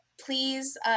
Please